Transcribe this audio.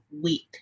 week